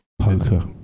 Poker